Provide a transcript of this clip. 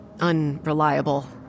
unreliable